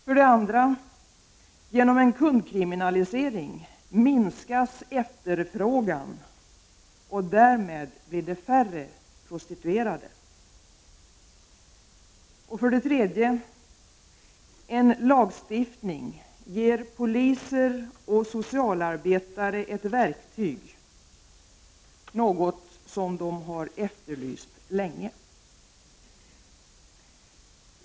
För det andra: Genom en kundkriminalisering minskas efterfrågan och därmed blir det färre prostituerade. För det tredje: En lagstiftning ger poliser och socialarbetare ett verktyg — något som de efterlyst länge.